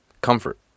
comfort